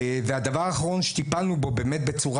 והדבר האחרון שטיפלנו בו באמת בצורה